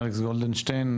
אלכס גולדשטיין,